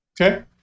Okay